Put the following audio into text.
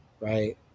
right